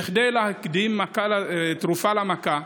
כדי להקדים תרופה למכה,